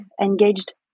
engaged